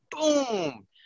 boom